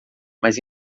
mas